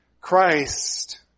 Christ